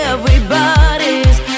Everybody's